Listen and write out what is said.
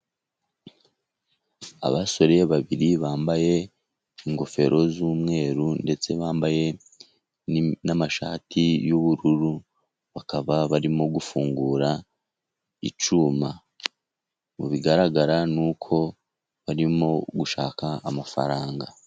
Abasore babiri bambaye ingofero z'umweru, ndetse bambaye n'amashati y'ubururu, bakaba barimo gufungura icyuma. Mubigaragara ni uko barimo gushaka amafaranga.